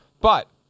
But-